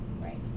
Right